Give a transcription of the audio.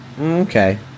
Okay